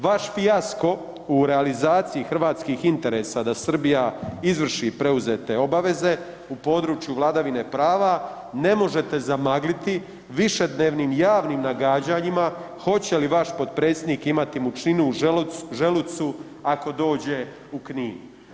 Vaš fijasko u realizaciji hrvatskih interesa da Srbija izvrši preuzete obaveze u području vladavine prava, ne možete zamagliti višednevnim javnim nagađanjima hoće li vaš potpredsjednik imati mučninu u želucu ako dođe u Knin.